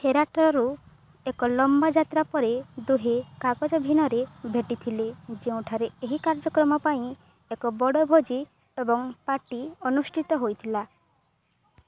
ହେରାଟରୁ ଏକ ଲମ୍ବା ଯାତ୍ରା ପରେ ଦୁହେଁ କାଜଭିନରେ ଭେଟିଥିଲେ ଯେଉଁଠାରେ ଏହି କାର୍ଯ୍ୟକ୍ରମ ପାଇଁ ଏକ ବଡ଼ ଭୋଜି ଏବଂ ପାର୍ଟି ଅନୁଷ୍ଟିତ ହୋଇଥିଲା